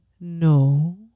No